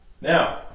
Now